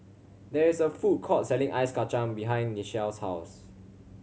there is a food court selling ice kacang behind Nichelle's house